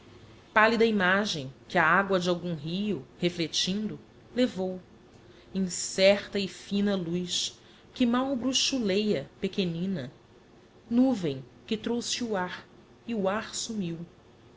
vestio pallida imagem que a agua de algum rio reflectindo levou incerta e fina luz que mal bruxulêa pequenina nuvem que trouxe o ar e o ar sumio